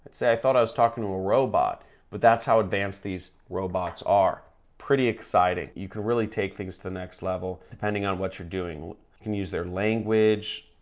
say i thought i was talking to a robot but that's how advanced these robots are pretty exciting you can really take things to the next level depending on what you're doing you can use their language,